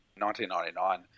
1999